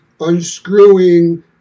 unscrewing